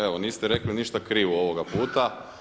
Evo niste rekli ništa krivo ovoga puta.